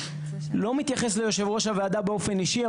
לא מתייחס ליושב ראש הוועדה באופן אישי.